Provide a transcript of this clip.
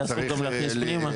היה אסור גם להכניס פנימה.